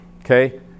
Okay